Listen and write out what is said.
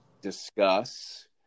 discuss